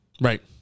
Right